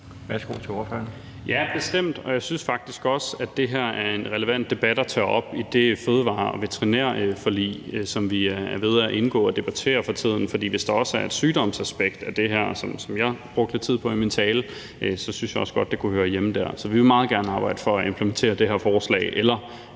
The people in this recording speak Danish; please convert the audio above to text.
Valentin (SF): Ja, bestemt, og jeg synes faktisk også, at det her er en relevant debat at tage op i det fødevare- og veterinærforlig, som vi er ved at indgå og debatterer for tiden. For hvis der også er et sygdomsaspekt af det her, hvad jeg brugte noget tid på i min tale, så synes jeg også godt, det kunne høre hjemme der. Så vi vil meget gerne arbejde for at implementere det her forslag eller